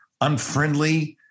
unfriendly